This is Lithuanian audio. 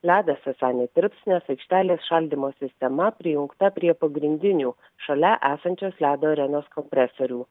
ledas esą netirps nes aikštelės šaldymo sistema prijungta prie pagrindinių šalia esančios ledo arenos kompresorių